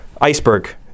Iceberg